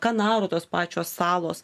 kanarų tos pačios salos